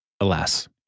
Alas